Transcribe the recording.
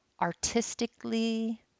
artistically